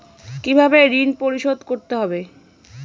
কিভাবে ঋণ পরিশোধ করতে হবে?